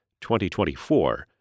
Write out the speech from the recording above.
2024